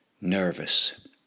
Nervous